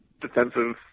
defensive